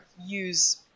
use